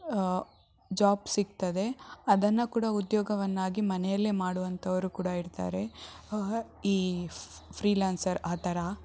job ಸಿಕ್ತದೆ ಅದನ್ನು ಕೂಡ ಉದ್ಯೋಗವನ್ನಾಗಿ ಮನೆಯಲ್ಲೇ ಮಾಡುವಂಥವರು ಕೂಡ ಇರ್ತಾರೆ ಈ ಫ್ರೀಲ್ಯಾನ್ಸರ್ ಆ ಥರ